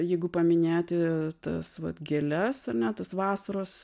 jeigu paminėti tas vat gėles ar ne tas vasaros